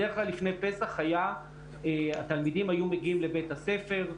בדרך כלל לפני פסח התלמידים היו מגיעים לבית הספר,